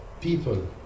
people